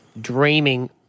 dreaming